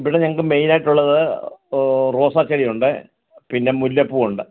ഇവിടെ ഞങ്ങൾക്ക് മെയ്നായിട്ടുള്ളത് റോസാ ചെടിയുണ്ട് പിന്നെ മുല്ലപ്പൂ ഉണ്ട്